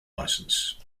license